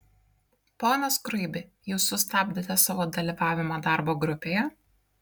pone skruibi jūs sustabdėte savo dalyvavimą darbo grupėje